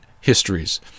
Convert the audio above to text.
histories